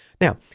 Now